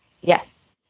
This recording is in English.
Yes